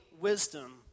wisdom